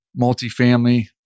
multifamily